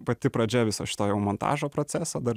pati pradžia viso šito jau montažo proceso dar